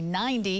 90